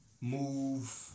move